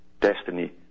destiny